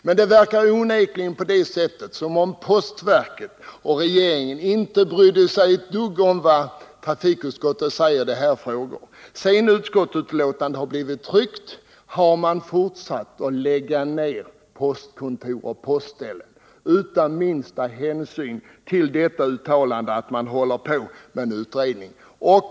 Men det verkar onekligen som om postverket och regeringen inte bryr sig ett dugg om vad trafikutskottet säger i dessa frågor. Sedan betänkandet har blivit tryckt har man fortsatt att lägga ned postkontor och postställen utan minsta hänsyn till uttalandet om att en utredning pågår.